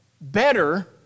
better